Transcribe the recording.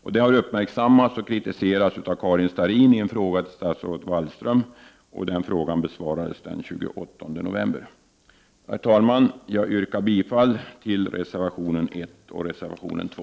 Detta har uppmärksammats och kritiserats av Karin Starrin i en fråga till statsrådet Wallström som besvarades den 28 november. Herr talman! Jag yrkar bifall till reservationerna 1 och 2.